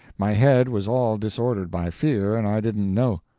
my head was all disordered by fear, and i didn't know.